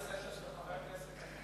אם